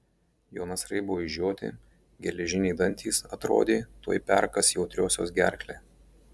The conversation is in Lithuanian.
jo nasrai buvo išžioti geležiniai dantys atrodė tuoj perkąs jautriosios gerklę